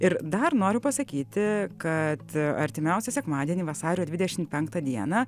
ir dar noriu pasakyti kad artimiausią sekmadienį vasario dvidešim penktą dieną